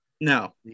No